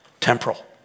temporal